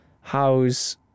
how's